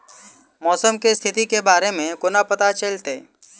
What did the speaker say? मौसम केँ स्थिति केँ बारे मे कोना पत्ता चलितै?